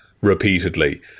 repeatedly